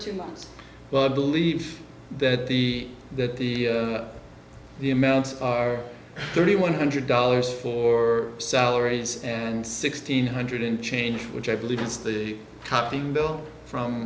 two months well i believe that the that the the amounts are nearly one hundred dollars for salaries and sixteen hundred in change which i believe it's the copying bill from